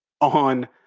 on